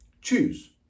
Choose